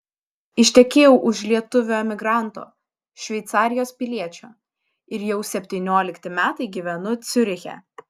ištekėjau už lietuvio emigranto šveicarijos piliečio ir jau septyniolikti metai gyvenu ciuriche